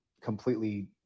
completely